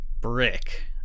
Brick